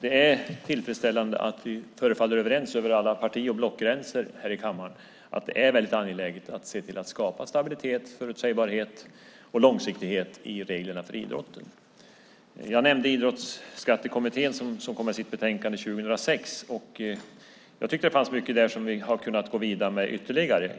Det är tillfredsställande att vi förefaller vara överens över alla parti och blockgränser här i kammaren om att det är angeläget att se till att skapa stabilitet, förutsägbarhet och långsiktighet i reglerna för idrotten. Jag nämnde Idrottsskattekommittén som kom med sitt betänkande 2006. Jag tyckte att det fanns mycket där som vi har kunnat gå vidare med ytterligare.